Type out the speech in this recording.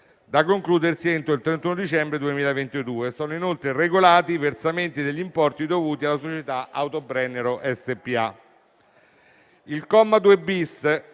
da concludersi entro il 31 dicembre 2022. Sono inoltre regolati i versamenti degli importi dovuti alla società Autobrennero SpA.